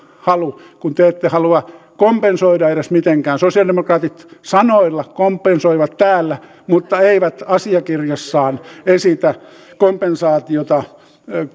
halu kun te te ette halua edes kompensoida mitenkään sosialidemokraatit sanoilla kompensoivat täällä mutta eivät asiakirjassaan esitä kompensaatiota